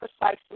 precisely